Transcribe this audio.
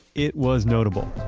it was notable